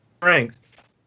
strength